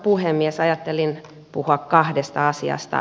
ajattelin puhua kahdesta asiasta